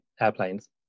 airplanes